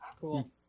Cool